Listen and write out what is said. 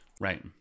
right